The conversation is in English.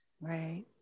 Right